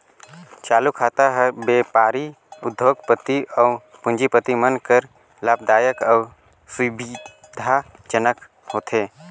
चालू खाता हर बेपारी, उद्योग, पति अउ पूंजीपति मन बर लाभदायक अउ सुबिधा जनक होथे